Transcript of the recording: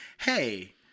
hey